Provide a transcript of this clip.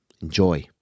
Enjoy